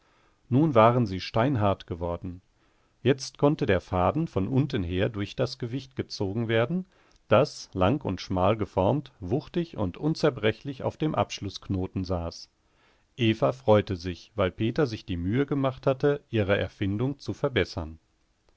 nun waren sie steinhart geworden jetzt konnte der faden von unten her durch das gewicht gezogen werden das lang und schmal geformt wuchtig und unzerbrechlich auf dem abschlußknoten saß eva freute sich weil peter sich die mühe gemacht hatte ihre erfindung zu verbessern